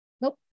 nope